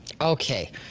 okay